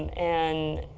and